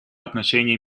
отношении